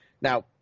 Now